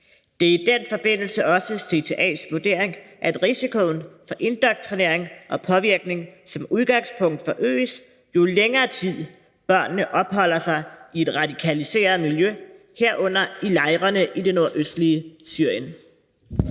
Det er i den forbindelse også CTA’s vurdering, at risikoen for indoktrinering og påvirkning som udgangspunkt forøges, jo længere tid børnene opholder sig i et radikaliseret miljø, herunder i lejrene i det nordøstlige Syrien.«